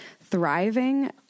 thriving